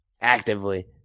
Actively